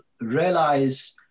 realize